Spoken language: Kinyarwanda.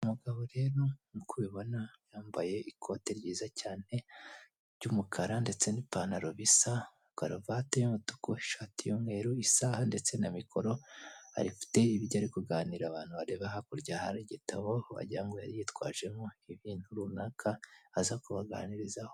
Uyu mugabo rero nkuko ubibona yambaye ikote ryiza cyane ry'umukara ndetse n'ipantaro bisa karavati y'umutuku ishati y'umweru isaha ndetse na mikoro. Afite ibyo ari kuganirira abantu bareba. Hakurya hari igitabo wagira ngo yari yitwajemo ibintu runaka aza kubaganirizaho.